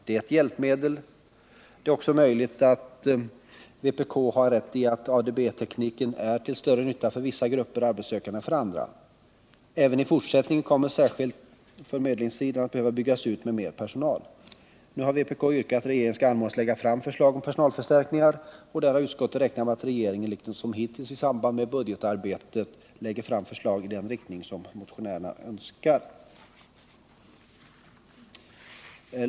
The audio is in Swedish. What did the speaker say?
De är ett hjälpmedel för förmedlarna. Det är också möjligt att vpk har rätt i att ADB-tekniken är till större nytta för vissa grupper arbetssökande än för andra. Även i fortsättningen kommer särskilt förmedlingssidan att behöva byggas ut med mer personal. Nu har vpk yrkat att regeringen skall anmodas lägga fram förslag om personalförstärkningar, och utskottet räknar med att regeringen liksom hittills i samband med budgetarbetet lägger fram förslag i den riktning motionärerna önskar.